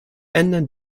ändern